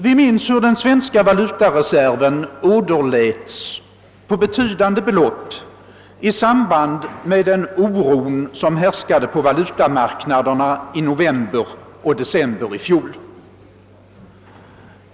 Vi minns hur den svenska valutareserven åderläts på betydande belopp i samband med den oro, som härskade på valutamarknaden i november och december i fjol.